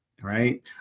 right